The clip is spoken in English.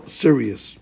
serious